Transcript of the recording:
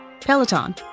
Peloton